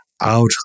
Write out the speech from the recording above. out